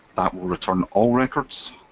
that will return all records.